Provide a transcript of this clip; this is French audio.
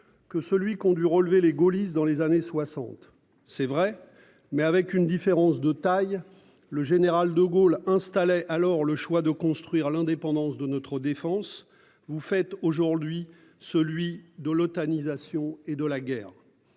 que celui qu'ont dû relever les gaullistes dans les années 60. C'est vrai, mais avec une différence de taille, le général de Gaulle installaient alors le choix de construire à l'indépendance de notre défense. Vous faites aujourd'hui, celui de l'OTAN nisation et de la guerre.